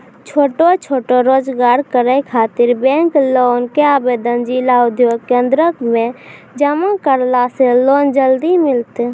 छोटो छोटो रोजगार करै ख़ातिर बैंक लोन के आवेदन जिला उद्योग केन्द्रऽक मे जमा करला से लोन जल्दी मिलतै?